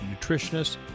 nutritionists